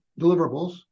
deliverables